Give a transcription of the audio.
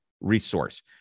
Resource